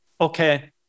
okay